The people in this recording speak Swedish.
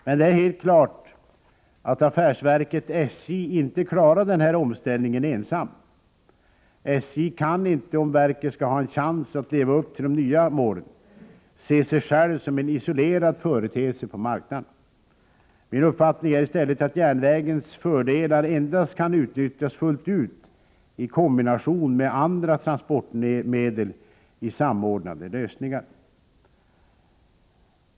Men det är helt klart att affärsverket SJ inte klarar den här omställningen ensam. SJ kan inte, om verket skall ha en chans att leva upp till de nya målen, se sig själv som en isolerad företeelse på marknaden. Min uppfattning är i stället att järnvägens fördelar kan utnyttjas fullt ut endast i kombination med andra transportmedel i samordnade lösningar.